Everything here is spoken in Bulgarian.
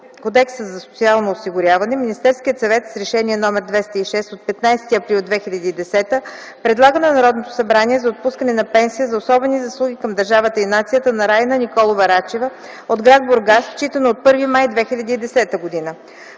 Кодекса за социално осигуряване, Министерският съвет с Решение № 206 от 15 април 2010 г. предлага на Народното събрание отпускане на пенсия за особени заслуги към държавата и нацията на Райна Николова Рачева от гр. Бургас, считано от 1 май 2010 г.